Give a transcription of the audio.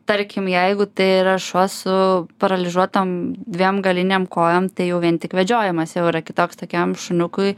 tarkim jeigu tai yra šuo su paralyžuotam dviem galinėm kojom tai jau vien tik vedžiojimas jau yra kitoks tokiam šuniukui